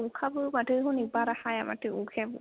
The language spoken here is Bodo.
अखाबो माथो हनै बारा हाया माथो अखायाबो